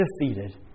defeated